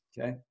Okay